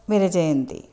विरचयन्ति